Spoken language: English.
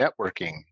networking